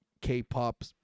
K-pop